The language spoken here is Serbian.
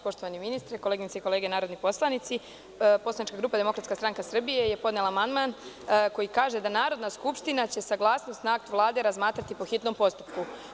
Poštovani ministre, koleginice i kolege narodni poslanici, poslanička grupa DSS je podnela amandman koji kaže da će Narodna skupština saglasnost na aktu Vlade razmatrati po hitnom postupku.